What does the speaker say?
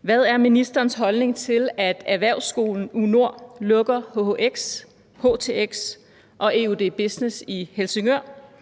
Hvad er ministerens holdning til, at erhvervsskolen U/NORD lukker hhx, htx og eud business i Helsingør,